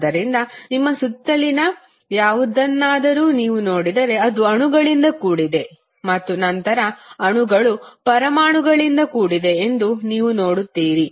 ಆದ್ದರಿಂದ ನಿಮ್ಮ ಸುತ್ತಲಿನ ಯಾವುದನ್ನಾದರೂ ನೀವು ನೋಡಿದರೆ ಅದು ಅಣುಗಳಿಂದ ಕೂಡಿದೆ ಮತ್ತು ನಂತರ ಅಣುಗಳು ಪರಮಾಣುಗಳಿಂದ ಕೂಡಿದೆ ಎಂದು ನೀವು ನೋಡುತ್ತೀರಿ